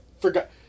forgot